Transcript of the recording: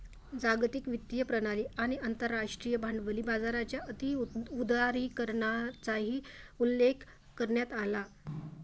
जागतिक वित्तीय प्रणाली आणि आंतरराष्ट्रीय भांडवली बाजाराच्या अति उदारीकरणाचाही उल्लेख करण्यात आला